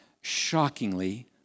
shockingly